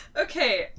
Okay